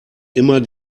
immer